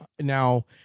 now